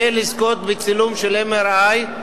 כדי לזכות בצילום של MRI,